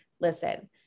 listen